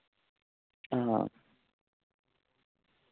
हां